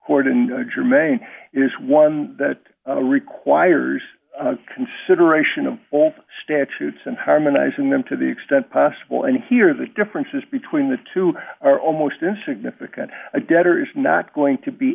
court in a germane is one that requires consideration of all statutes and harmonizing them to the extent possible and here the differences between the two are almost insignificant a debtor is not going to be